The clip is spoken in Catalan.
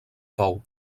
pou